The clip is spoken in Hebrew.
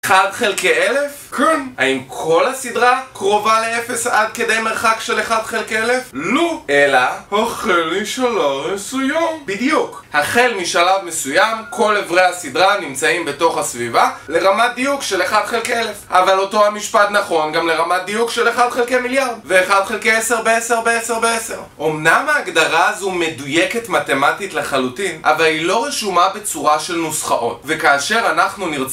1 חלקי אלף? כן האם כל הסדרה קרובה לאפס עד כדי מרחק של 1 חלקי אלף? לא אלא החל משלב מסוים בדיוק החל משלב מסוים כל אברי הסדרה נמצאים בתוך הסביבה לרמת דיוק של 1 חלקי אלף אבל אותו המשפט נכון גם לרמת דיוק של 1 חלקי מיליארד ו1 חלקי 10 ב-10 ב-10 ב-10 אמנם ההגדרה הזו מדויקת מתמטית לחלוטין אבל היא לא רשומה בצורה של נוסחאות וכאשר אנחנו נרצה...